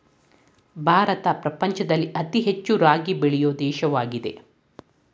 ಭಾರತ ಪ್ರಪಂಚದಲ್ಲಿ ಅತಿ ಹೆಚ್ಚು ರಾಗಿ ಬೆಳೆಯೊ ದೇಶವಾಗಿದೆ